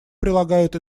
прилагают